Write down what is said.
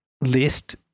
list